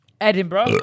Edinburgh